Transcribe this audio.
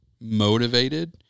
motivated